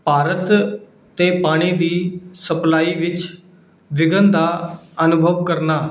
ਭਾਰਤ 'ਤੇ ਪਾਣੀ ਦੀ ਸਪਲਾਈ ਵਿੱਚ ਵਿਘਨ ਦਾ ਅਨੁਭਵ ਕਰਨਾ